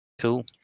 Cool